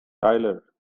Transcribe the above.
tyler